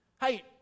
Hey